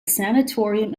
sanatorium